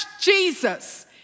Jesus